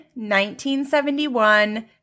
1971